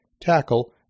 tackle